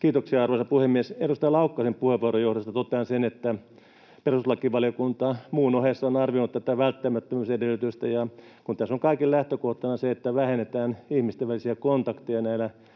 Kiitoksia, arvoisa puhemies! Edustaja Laukkasen puheenvuoron johdosta totean sen, että perustuslakivaliokunta muun ohessa on arvioinut tätä välttämättömyysedellytystä. Kun tässä on kaiken lähtökohtana se, että vähennetään ihmisten välisiä kontakteja näillä